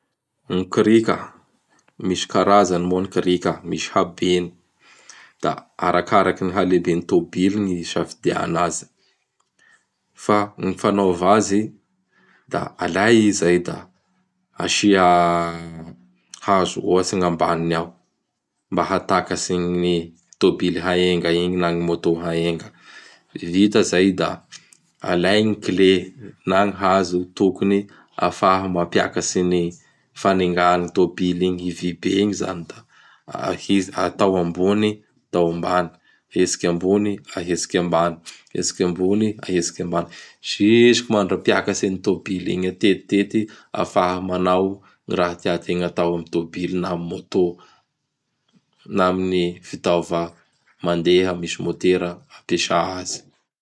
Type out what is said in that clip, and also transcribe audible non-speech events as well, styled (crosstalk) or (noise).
Gny krika. Misy karazany moa gny krika misy habeny; (noise) da arakaraky gny haleben' gny tôbily gny isafidiagna azy. (noise) Fa gny fanaova azy: Da alay i izay da asia hazo ohatsy gny ambaniny ao. Mba hahatakatsy gny tobily haenga igny na ny moto haenga. (noise) Vita izay da alay gny klé na ny hazo tokony ahafaha mampiakatsy gny fanenga an' gny tôbily igny, i vy be igny izany da atao (hesitation) ambony, atao ambany, ahetsiky ambony, ahetsiky ambany, ahetsiky ambony, ahetsiky ambany, (noise) zisky mandrapiakatsy an' gny tôbily igny atetitety, ahafa manao ny raha tiategna hatao amin' gny tôbily na amin' gny fitaova mandeha misy motera ampiasa azy. (noise)